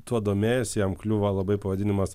tuo domėjosi jam kliūva labai pavadinimas